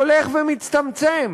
הולך ומצטמצם.